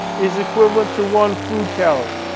is equivalent to one food calorie.